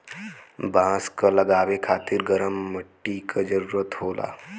बांस क लगावे खातिर गरम मट्टी क जरूरत होला